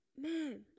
man